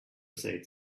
said